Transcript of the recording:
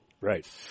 Right